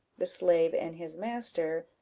the slave and his master,